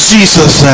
Jesus